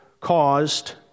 caused